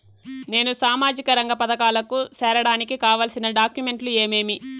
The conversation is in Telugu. నేను సామాజిక రంగ పథకాలకు సేరడానికి కావాల్సిన డాక్యుమెంట్లు ఏమేమీ?